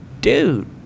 dude